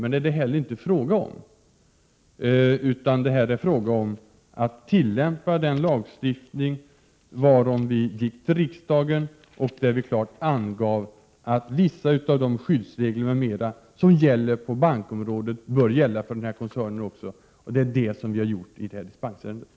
Men detta är det heller inte fråga om, utan det är fråga om att tillämpa den lagstiftning som vi gick till riksdagen med förslag om och där vi klart angav att vissa av de skyddsregler m.m. som gäller på bankområdet bör gälla för den här koncernen också. Det är vad vi har gjort i det aktuella dispensärendet.